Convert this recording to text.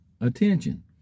Attention